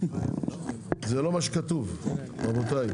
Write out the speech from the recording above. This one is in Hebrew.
זה לא מה שכתוב רבותיי.